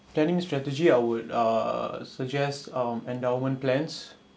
planning strategy I would uh suggest um endowment plans